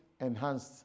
enhanced